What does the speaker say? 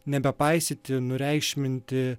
nebepaisyti nureikšminti